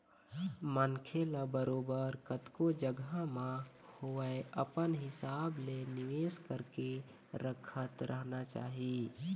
मनखे ल बरोबर कतको जघा म होवय अपन हिसाब ले निवेश करके रखत रहना चाही